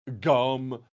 Gum